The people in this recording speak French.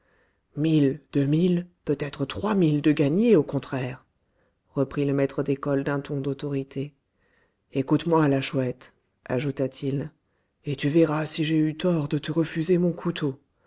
mille peut-être trois mille de gagnés au contraire reprit le maître d'école d'un ton d'autorité écoute-moi la chouette ajouta-t-il et tu verras si j'ai eu tort de te refuser mon couteau